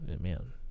man